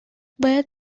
باید